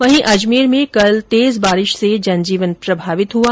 वहीं अजमेर में कल तेज बारिश से जनजीवन प्रभावित हुआ